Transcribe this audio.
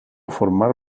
formar